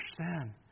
understand